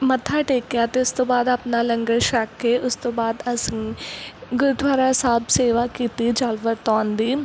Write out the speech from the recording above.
ਮੱਥਾ ਟੇਕਿਆ ਅਤੇ ਉਸ ਤੋਂ ਬਾਅਦ ਆਪਣਾ ਲੰਗਰ ਛੱਕ ਕੇ ਉਸ ਤੋਂ ਬਾਅਦ ਅਸੀਂ ਗੁਰਦੁਆਰਾ ਸਾਹਿਬ ਸੇਵਾ ਕੀਤੀ ਜਲ ਵਰਤਾਉਣ ਦੀ